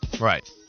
Right